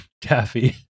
taffy